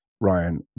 Ryan